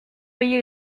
payer